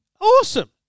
Awesome